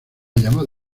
llamado